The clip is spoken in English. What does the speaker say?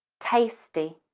tasty.